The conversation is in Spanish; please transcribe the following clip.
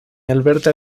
alberta